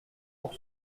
pour